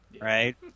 right